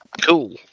Cool